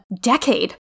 decade